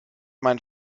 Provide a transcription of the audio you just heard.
mein